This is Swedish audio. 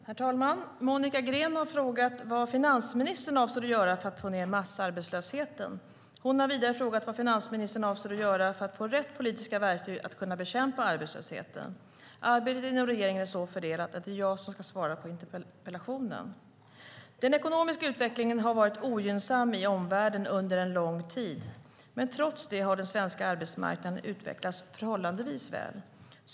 Herr talman! Monica Green har frågat vad finansministern avser att göra för att få ned massarbetslösheten. Hon har vidare frågat vad finansministern avser att göra för att få rätt politiska verktyg att kunna bekämpa arbetslösheten. Arbetet inom regeringen är så fördelat att det är jag som ska svara på interpellationen. Den ekonomiska utvecklingen har varit ogynnsam i omvärlden under en lång tid, men trots det har den svenska arbetsmarknaden utvecklats förhållandevis väl.